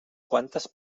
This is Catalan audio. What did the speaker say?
quantes